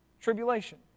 tribulation